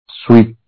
sweet